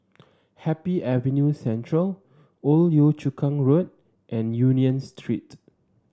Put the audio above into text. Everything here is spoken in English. Happy Avenue Central Old Yio Chu Kang Road and Union Street